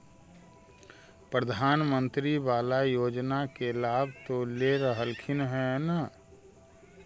प्रधानमंत्री बाला योजना के लाभ तो ले रहल्खिन ह न?